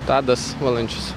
tadas valančius